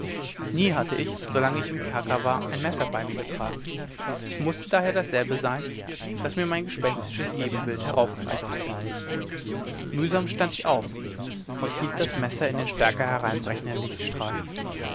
nie hatte ich solange ich im kerker war ein messer bei mir getragen es mußte daher dasselbe sein das mir mein gespenstisches ebenbild heraufgereicht hatte mühsam stand ich auf und hielt das messer in den stärker hereinbrechenden lichtstrahl